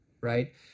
right